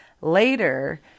Later